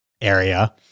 area